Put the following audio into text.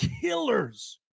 killers